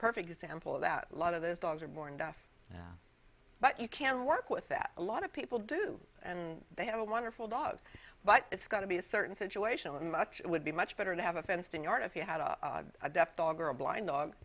perfect example of that lot of those dogs are born deaf yeah but you can work with that a lot of people do and they have a wonderful dog but it's got to be a certain situation much it would be much better to have a fenced in yard if you had a adept dog or a blind dog